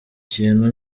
kintu